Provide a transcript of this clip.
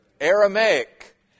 Aramaic